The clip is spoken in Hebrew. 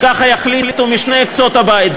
כך יחליטו משני קצות הבית.